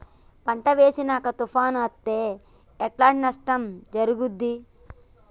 పంట వేసినంక తుఫాను అత్తే ఎట్లాంటి నష్టం జరుగుద్ది?